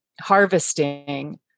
harvesting